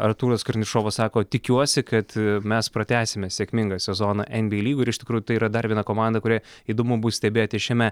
artūras karnišovas sako tikiuosi kad mes pratęsime sėkmingą sezoną enbyei lygoj ir iš tikrųjų tai yra dar viena komanda kurią įdomu bus stebėti šiame